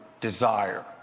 desire